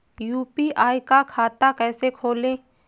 UPI का खाता कैसे खोलें?